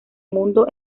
mundo